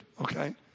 okay